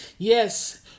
Yes